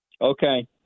Okay